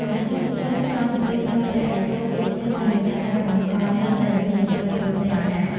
ប្រាសាទជាច្រើនត្រូវបានឧទ្ទិសដល់ព្រះឥសូរ ជាពិសេសតាមរយៈការតម្កល់លិង្គ ដែលជានិមិត្តរូបនៃអំណាច។